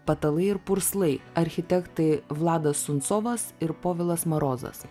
patalai ir purslai architektai vladas suncovas ir povilas marozas